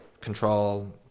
control